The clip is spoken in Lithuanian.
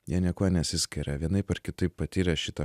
jie niekuo nesiskiria vienaip ar kitaip patyrę šitą